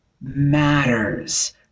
matters